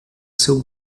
seu